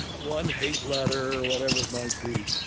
one hate letter or whatever it might be.